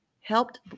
helped